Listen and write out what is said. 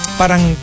parang